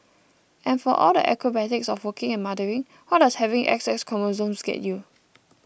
and for all the acrobatics of working and mothering what does having X X chromosomes get you